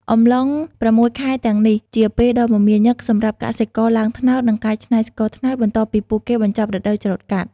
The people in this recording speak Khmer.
អំឡុង៦ខែទាំងនេះ ជាពេលដ៏មមាញឹកសម្រាប់កសិករឡើងត្នោត និងកែច្នៃស្ករត្នោត បន្ទាប់ពីពួកគេបញ្ចប់រដូវច្រូតកាត់។